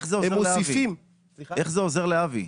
הם מוסיפים --- איך זה עוזר לאבי?